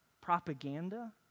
propaganda